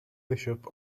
bishop